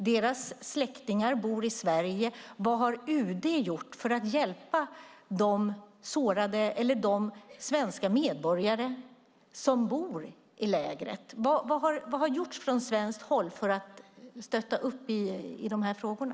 Deras släktingar bor i Sverige. Vad har UD gjort för att hjälpa de svenska medborgare som bor i lägret? Vad har gjorts från svenskt håll för att stötta upp i de här frågorna?